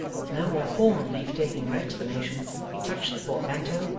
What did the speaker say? with no more formal leave-taking or explanation, he clutched the portmanteau,